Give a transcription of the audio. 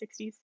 60s